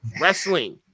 wrestling